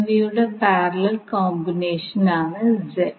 എന്നിവയുടെ parallel combination ആണ് Z